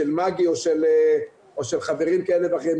של מגי או של חברים כאלה ואחרים.